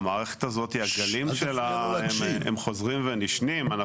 המערכת הזאת, הגלים שלה הם חוזרים ונשנים.